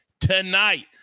tonight